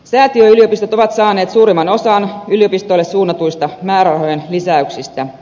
säätiöyliopistot ovat saaneet suurimman osan yliopistoille suunnatuista määrärahojen lisäyksistä